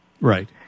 Right